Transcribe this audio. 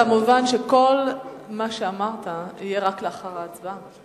כמובן, כל מה שאמרת יהיה רק לאחר ההצבעה.